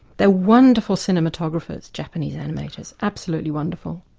they're wonderful cinematographers, japanese animators, absolutely wonderful.